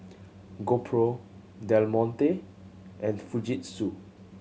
GoPro Del Monte and Fujitsu